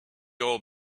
old